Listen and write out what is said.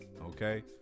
Okay